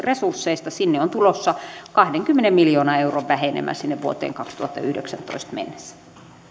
resursseista sinne on tulossa kahdenkymmenen miljoonan euron vähenemä sinne vuoteen kaksituhattayhdeksäntoista mennessä